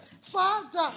Father